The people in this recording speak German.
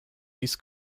dies